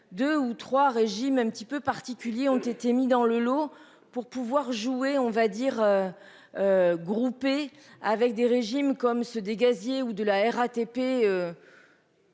Deux ou trois régimes un petit peu particulier ont été mis dans le lot pour pouvoir jouer, on va dire. Groupés avec des régimes comme ceux des gaziers ou de la RATP.